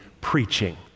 preaching